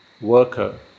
worker